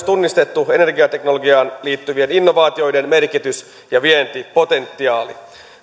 tunnistettu energiateknologiaan liittyvien innovaatioiden merkitys ja vientipotentiaali